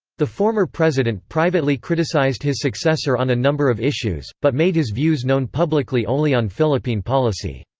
the former president privately criticized his successor on a number of issues, but made his views known publicly only on philippine policy.